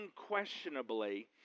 unquestionably